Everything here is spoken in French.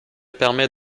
permet